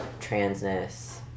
transness